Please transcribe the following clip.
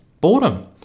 boredom